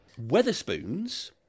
Weatherspoons